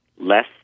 less